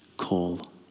call